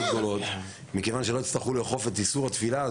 גדולות מכיוון שלא תצטרכו לאכוף את איסור התפילה.